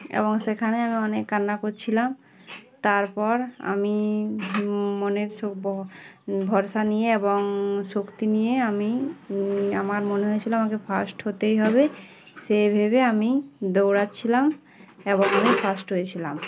এবং সেখানে আমি অনেক কান্না করছিলাম তারপর আমি মনের ভরসা নিয়ে এবং শক্তি নিয়ে আমি আমার মনে হয়েছিলাম আমাকে ফার্স্ট হতেই হবে সে ভেবে আমি দৌড়াচ্ছিলাম এবং আমি ফার্স্ট হয়েছিলাম